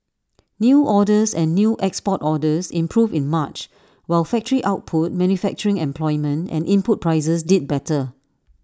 new orders and new export orders improved in March while factory output manufacturing employment and input prices did better